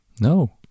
no